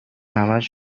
همش